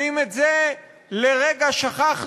ואם את זה לרגע שכחנו,